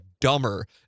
dumber